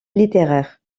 littéraires